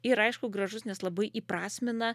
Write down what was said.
ir aišku gražus nes labai įprasmina